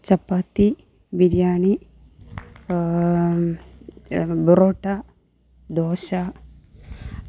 ചപ്പാത്തി biryani parotta dosa